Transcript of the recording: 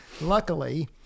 luckily